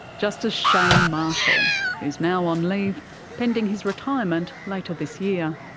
justice shane marshall, who is now on leave pending his retirement later this year.